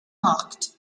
markt